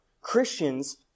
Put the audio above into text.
Christians